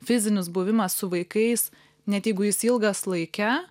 fizinis buvimas su vaikais net jeigu jis ilgas laike